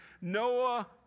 Noah